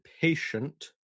patient